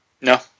No